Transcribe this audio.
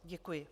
Děkuji.